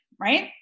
right